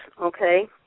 okay